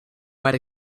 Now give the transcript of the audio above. might